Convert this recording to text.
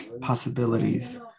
possibilities